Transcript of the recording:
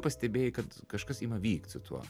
pastebėjai kad kažkas ima vykt su tuo